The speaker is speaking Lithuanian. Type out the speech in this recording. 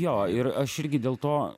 jo ir aš irgi dėl to